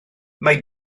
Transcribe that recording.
mae